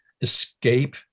escape